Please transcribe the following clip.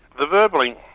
the verballing,